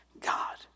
God